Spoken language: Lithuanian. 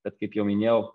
bet kaip jau minėjau